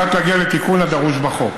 על מנת להגיע לתיקון הדרוש בחוק.